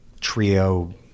trio